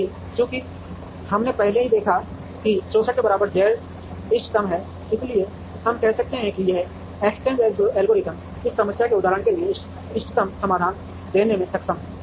अभी चूंकि हमने पहले ही देखा है कि 64 के बराबर Z इष्टतम है इसलिए हम कह सकते हैं कि यह एक्सचेंज एल्गोरिथ्म इस समस्या के उदाहरण के लिए इष्टतम समाधान देने में सक्षम है